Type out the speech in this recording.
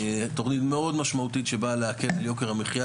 תוכנית מאוד משמעותית שבאה להקל על יוקר המחייה,